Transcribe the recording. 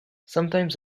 sometimes